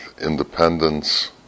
independence